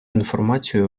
інформацію